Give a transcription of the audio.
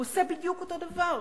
הוא עושה בדיוק אותו דבר.